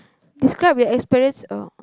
describe your experience oh